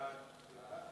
ההצעה להעביר